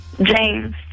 James